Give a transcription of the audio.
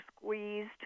squeezed